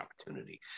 opportunity